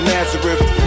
Nazareth